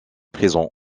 prison